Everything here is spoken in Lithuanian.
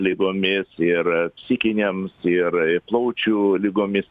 ligomis ir psichinėms ir plaučių ligomis